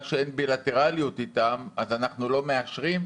שאין בילטרליות איתן אנחנו לא מאשרים?